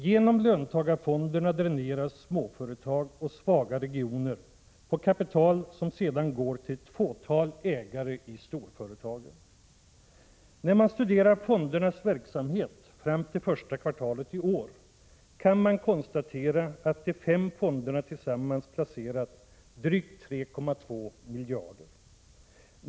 Genom löntagarfonderna dräneras småföretag och svaga regioner på kapital, som sedan går till ett fåtal ägare i storföretagen. När man studerar fondernas verksamhet fram till första kvartalet i år kan man konstatera att de fem fonderna tillsammans placerat drygt 3,2 miljarder.